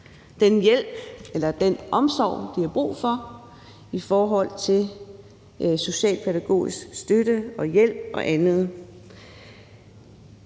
den omsorg, de har brug for i forhold til socialpædagogisk støtte og hjælp og andet.